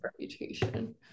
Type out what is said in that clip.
reputation